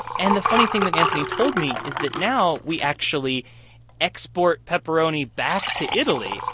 and the funny thing that anthony told me is that now we actually export pepperoni back to italy.